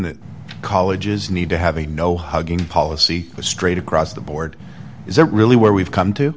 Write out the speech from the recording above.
that colleges need to have a no hugging policy straight across the board is that really where we've come to